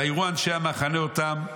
ויראו אנשי המחנה אותם,